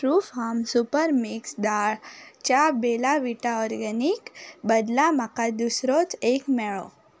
Truefarm super mix दाळच्या Bella Vita organic बदला म्हाका दुसरोच एक मेळ्ळो